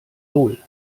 roll